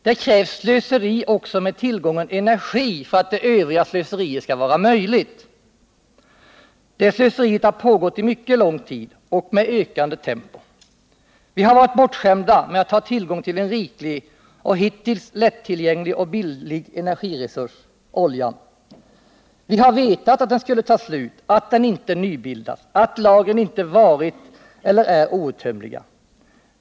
Det krävs slöseri också med tillgången på energi för att det övriga slöseriet skall vara möjligt. Det slöseriet har pågått mycket lång tid och med ökande tempo. Vi har varit bortskämda med att ha tillgång till en riklig och hittills lättillgänglig och billig energiresurs: oljan. Vi har vetat att den skulle ta slut, att den inte nybildas, att lagren inte varit eller är outtömliga.